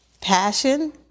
passion—